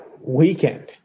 weekend